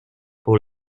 pour